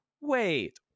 wait